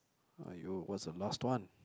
!aiyo! what's the last one